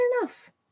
enough